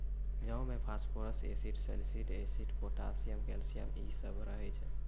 जौ मे phosphorus acid, सैलसिड एसिड, पोटाशियम, कैल्शियम इ सभ रहै छै